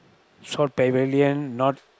short pavilion not